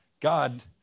God